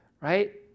Right